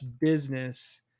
business